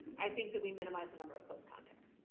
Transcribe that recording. i think that we minimize the number of close contacts.